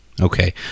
Okay